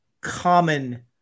common